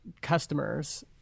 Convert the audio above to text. customers